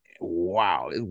wow